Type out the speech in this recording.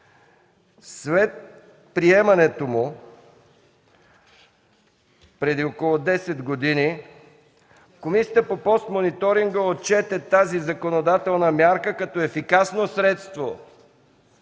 След приемането му преди около 10 години, Комисията по постмониторинга отчете тази законодателна мярка като ефикасно средство